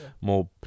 more